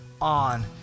on